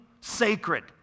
sacred